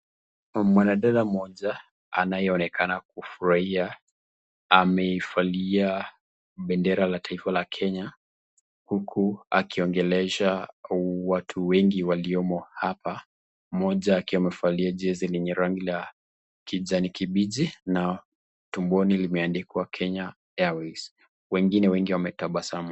Mwanadada mmoja anayeonekana kufurahia, amevalia bendera la taifa la kenya, huku akiongelesha watu wengi waliomo hapa. Mmoja akiwa amevalia jezi lenye rangi la kijani kibichi na tumboni limeandikwa kenya airways, wengine wengi wametabasamu.